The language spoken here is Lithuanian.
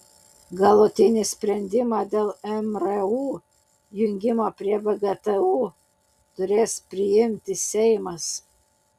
galutinį sprendimą dėl mru jungimo prie vgtu turės priimti seimas